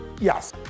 Yes